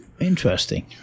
Interesting